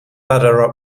ladder